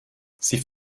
sie